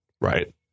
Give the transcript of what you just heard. Right